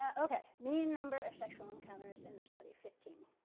ah okay, mean number of sexual encounters in the study fifteen.